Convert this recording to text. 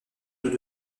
tout